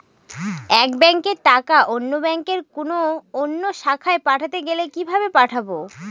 এক ব্যাংকের টাকা অন্য ব্যাংকের কোন অন্য শাখায় পাঠাতে গেলে কিভাবে পাঠাবো?